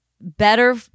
better